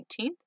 18th